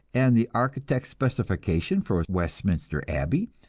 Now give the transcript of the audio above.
and the architect's specifications for westminster abbey,